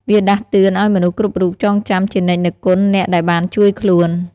វាដាស់តឿនឲ្យមនុស្សគ្រប់រូបចងចាំជានិច្ចនូវគុណអ្នកដែលបានជួយខ្លួន។